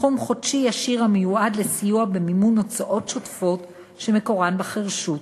סכום חודשי ישיר המיועד לסיוע במימון הוצאות שוטפות שמקורן בחירשות.